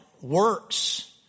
works